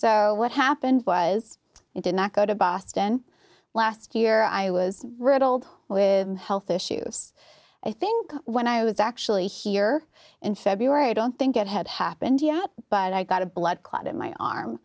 so what happened was it did not go to boston last year i was riddled with health issues i think when i was actually here in february i don't think it had happened yet but i got a blood clot in my arm